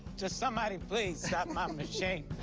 just somebody please stop my machine.